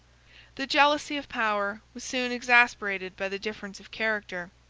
the jealousy of power was soon exasperated by the difference of character.